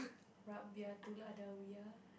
Rabiah Adawiyah